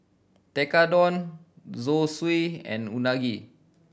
Tekkadon Zosui and Unagi